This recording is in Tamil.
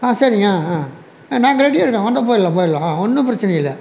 சரிங்க நாங்கள் ரெடியாக இருக்கோம் வந்தால் போயிடலாம் போயிடலாம் ஒன்றும் பிரச்சனை இல்லை